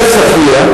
עספיא.